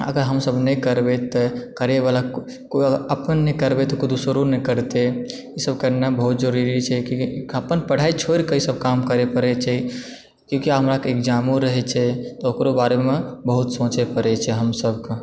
अगर हमसभ नहि करबैए तऽ करयबला केओ अगर अपन नहि करबय तऽ केओ दूसरो नहि करते ईसभ करनाइ बहुत जरूरी छै क्यूँकि अपन पढ़ाइ छोड़िके ईसभ काम करय पड़ैत छै क्यूँकि हमराके एक्जामो रहै छै तऽ ओकरो बारेमे बहुत सोचए पड़ैत छै हम सभके